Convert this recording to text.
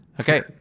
Okay